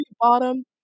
bottom